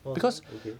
orh then okay